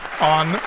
on